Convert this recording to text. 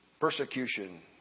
persecution